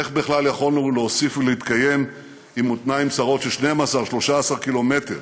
איך בכלל יכולנו להוסיף ולהתקיים עם מותניים צרים של 12 13 קילומטר